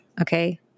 Okay